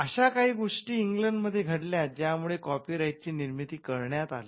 आशा काही गोष्टी इंग्लंड मध्ये घडल्यात ज्या मुळे कॉपी राईट ची निर्मिती करण्यात आली